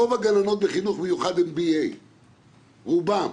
רוב הגננות בחינוך מיוחד הן BA. רובן.